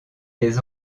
des